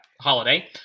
holiday